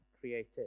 created